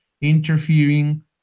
interfering